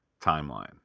timeline